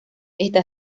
está